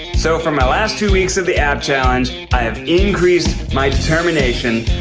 so for my last two weeks of the ab challenge i have increased my determination.